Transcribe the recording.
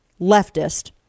leftist